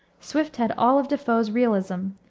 swift had all of de foe's realism,